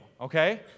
okay